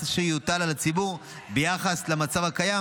אשר יוטל על הציבור ביחס למצב הקיים,